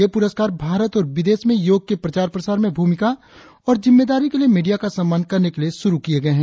ये पुरस्कार भारत और विदेश में योग के प्रचार प्रसार में भूमिका और जिम्मेदारी के लिए मीडिया का सम्मान करने के लिए शुरु किये गए है